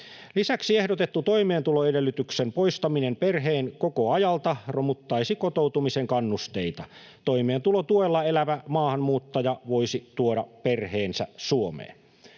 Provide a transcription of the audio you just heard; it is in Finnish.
Lisäksi ehdotettu toimeentuloedellytyksen poistaminen perheenkokoajalta romuttaisi kotoutumisen kannusteita. Toimeentulotuella elävä maahanmuuttaja voisi tuoda perheensä Suomeen.